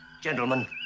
gentlemen